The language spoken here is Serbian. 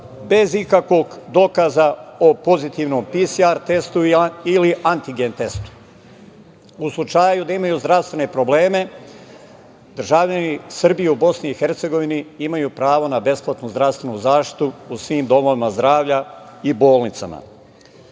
bez ikakvog dokaza o pozitivnom PCR testu ili antigen testu. U slučaju da imaju zdravstvene probleme, državljani Srbije u BiH imaju pravo na besplatnu zdravstvenu zaštitu u svim domovima zdravlja i bolnicama. Na